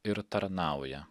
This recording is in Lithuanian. ir tarnauja